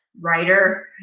writer